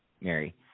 Mary